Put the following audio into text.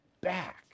back